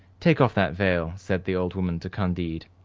take off that veil, said the old woman to candide.